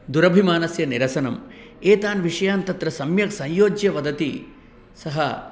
दुरभिमानस्य निरसनम् एतान् विषयान् तत्र सम्यक् संयोज्य वदति सः